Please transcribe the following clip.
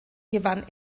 gewann